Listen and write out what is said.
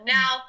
now